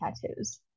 tattoos